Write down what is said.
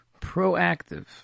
proactive